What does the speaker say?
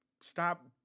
Stop